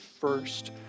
first